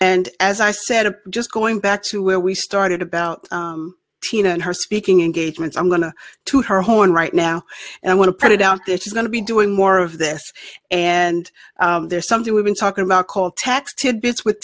and as i said i'm just going back to where we started about eighteen and her speaking engagements i'm going to her horn right now and i want to put it out there she's going to be doing more of this and there's something we've been talking about called texted bits with